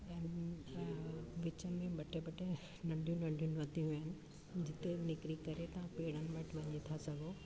ऐं ॿिया विच में ॿ टे ॿ टे नंढियूं नंढियूं नदियूं आहिनि जिते निकरी करे तव्हां पेड़नि वटि वञी था सघो ऐं